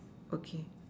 okay